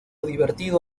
divertido